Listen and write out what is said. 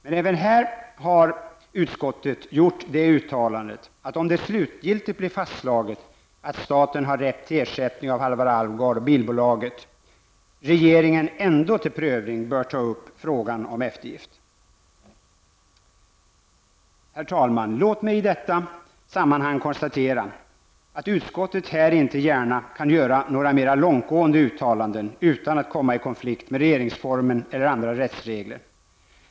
Men även här har utskottet gjort uttalandet att om det slutgiltigt blir fastslaget att staten har rätt till ersättning av Halvar Alvgard och bilbolaget, bör regeringen ändå ta upp frågan om eftergift i detta fall till prövning. Herr talman! Låt mig i detta sammanhang konstatera att utskottet inte gärna kan göra några mera långtgående uttalanden utan att komma i konflikt med regeringsformen eller andra rättsregler.